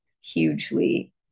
hugely